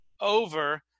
over